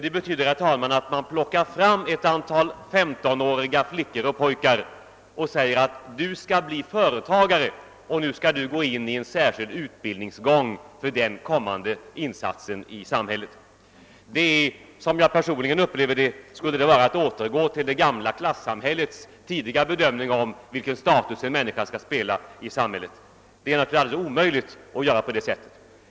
Det betyder, herr talman, att man plockar ut ett antal femionåriga flickor och pojkar och säger: Du skall bli företagare, och nu skall du gå in i en särskild utbildningsgång för din kommande insats i samhället! Som jag personligen upplever detta skulle det vara att återgå till det gamla klasssamhällets tidiga bestämmande av vilken status en människa skall ha i samhället. Det är naturligtvis alldeles omöjligt att göra på det sättet.